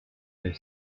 for